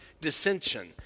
dissension